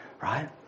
Right